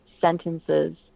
sentences